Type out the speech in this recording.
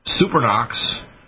Supernox